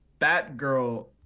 Batgirl